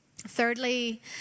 Thirdly